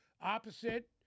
opposite